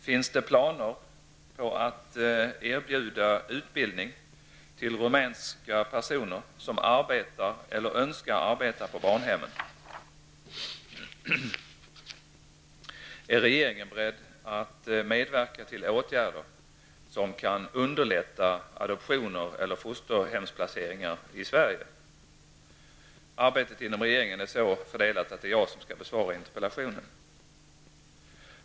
Finns det planer på att erbjuda utbildning till rumänska personer som arbetar eller önskar arbeta på barnhemmen? Är regeringen beredd att medverka till åtgärder som kan underlätta adoptioner eller fosterhemsplaceringar i Sverige? Arbetet i regeringen är så fördelat att det är jag som skall besvara interpellationen.